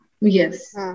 yes